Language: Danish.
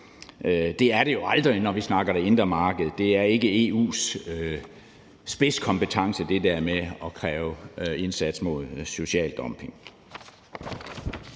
Det er det jo aldrig, når vi snakker det indre marked. Det der med at kræve indsats mod social dumping